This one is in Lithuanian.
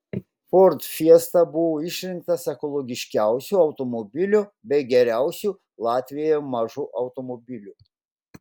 ford fiesta buvo išrinktas ekologiškiausiu automobiliu bei geriausiu latvijoje mažu automobiliu